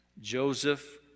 Joseph